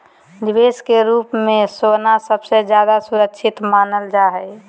निवेश के रूप मे सोना सबसे ज्यादा सुरक्षित मानल जा हय